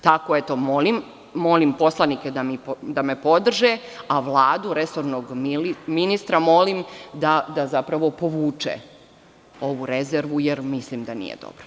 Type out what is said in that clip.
Tako eto molim, molim poslanike da me podrže, a Vladu, resornog ministra molim da povuče ovu rezervu, jer mislim da nije dobro.